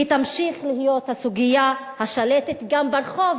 היא תמשיך להיות הסוגיה השלטת גם ברחוב